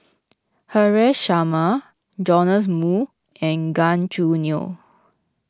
Haresh Sharma Joash Moo and Gan Choo Neo